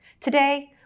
Today